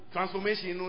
Transformation